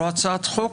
לקרוא הצעת חוק.